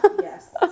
Yes